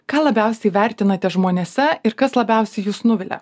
ką labiausiai vertinate žmonėse ir kas labiausiai jus nuvilia